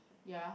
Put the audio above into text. ya